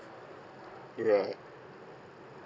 right